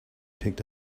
picked